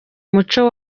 muco